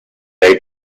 they